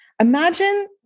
Imagine